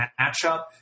matchup